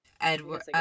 Edward